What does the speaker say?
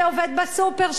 שעובד בסופר,